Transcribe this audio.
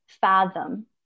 fathom